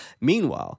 meanwhile